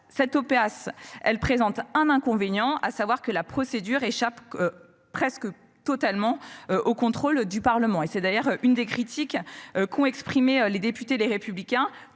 cette OPA s'elle présente un inconvénient, à savoir que la procédure échappe. Presque totalement au contrôle du Parlement et c'est d'ailleurs une des critiques qu'ont exprimé les députés les républicains,